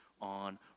on